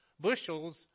bushels